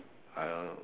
uh